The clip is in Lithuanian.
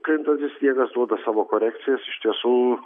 krintantis sniegas duoda savo korekcijas iš tiesų